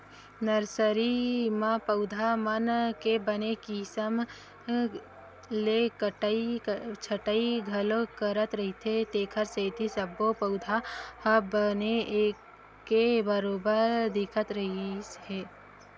nursery म पउधा मन के बने किसम ले कटई छटई घलो करत रहिथे तेखरे सेती सब्बो पउधा ह बने एके बरोबर दिखत रिहिस हे